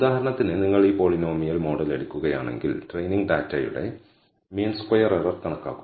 ഉദാഹരണത്തിന് നിങ്ങൾ ഈ പോളിനോമിയൽ മോഡൽ എടുക്കുകയാണെങ്കിൽ ട്രെയിനിങ് ഡാറ്റയുടെ മീൻ സ്ക്വയർ എറർ കണക്കാക്കുക